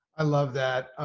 i love that.